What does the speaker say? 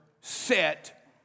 set